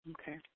Okay